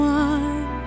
one